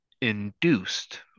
Induced